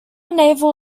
naval